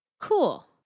cool